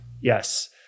yes